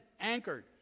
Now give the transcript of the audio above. anchored